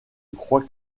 croix